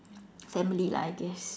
family lah I guess